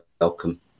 welcome